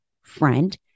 friend